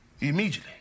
Immediately